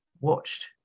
watched